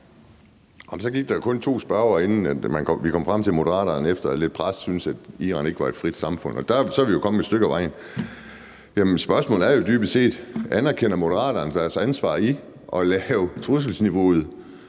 så gik der jo kun to spørgere med det, inden vi kom frem til, at Moderaterne, efter lidt pres, syntes, at Iran ikke var et frit samfund, og så er vi jo kommet et stykke af vejen. Spørgsmålet er jo dybest set, om Moderaterne anerkender deres ansvar i at gøre trusselsniveauet